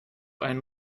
einen